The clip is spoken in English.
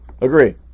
Agree